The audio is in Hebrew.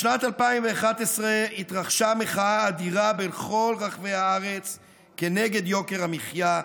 בשנת 2011 התרחשה מחאה אדירה בכל רחבי הארץ כנגד יוקר המחיה,